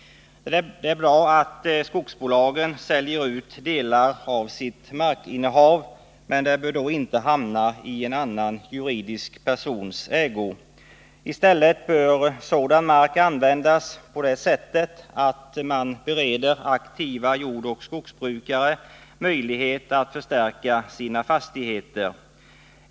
Det är bra att skogsbolagen säljer ut delar av sitt markinnehav, men de bör då inte hamna i en annan juridisk persons ägo. I stället bör sådan mark användas på det sättet att man bereder aktiva jordoch skogsbrukare möjlighet att förstärka sina fastigheter.